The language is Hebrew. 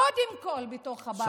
קודם כול בתוך הבית,